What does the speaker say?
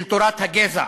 של טוהר הגזע.